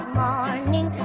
morning